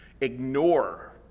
ignore